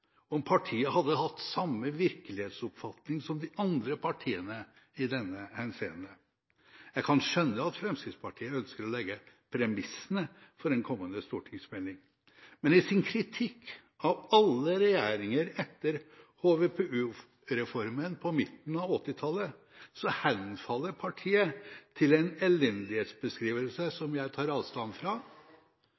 om partiet hadde hatt samme virkelighetsoppfatning som de andre partiene i denne henseende. Jeg kan skjønne at Fremskrittspartiet ønsker å legge premissene for en kommende stortingsmelding, men i sin kritikk av alle regjeringer etter HVPU-reformen på midten av 1980–tallet henfaller partiet til en elendighetsbeskrivelse